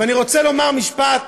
ואני רוצה לומר משפט,